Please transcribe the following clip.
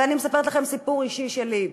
ואני מספרת לכם סיפור אישי שלי.